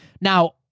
Now